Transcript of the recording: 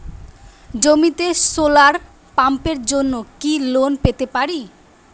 জমিতে সোলার পাম্পের জন্য কি লোন পেতে পারি?